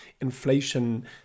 Inflation